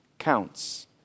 counts